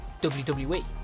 WWE